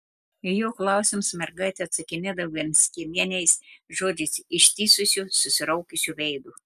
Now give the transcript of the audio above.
į jo klausimus mergaitė atsakinėdavo vienskiemeniais žodžiais ištįsusiu susiraukusiu veidu